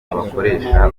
abakoresha